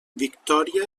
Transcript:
victòria